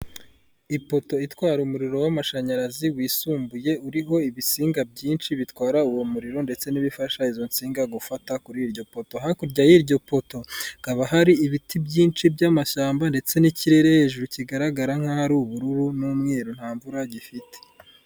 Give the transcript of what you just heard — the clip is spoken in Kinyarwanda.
Ipoto itwara umuriro w'amashanyarazi wisumbuye, uriho ibisinga byinshi bitwara uwo muriro ndetse n'ibifasha izo nsinga gufata kuri iryo poto. Hakurya y'iryo poto hakaba hari ibiti byinshi by'amashyamba ndetse n'ikirere hejuru kigaragara nk'aho ari ubururu n'umweru nta mvura gifite.